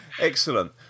excellent